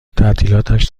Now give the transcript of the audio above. تعطیلاتش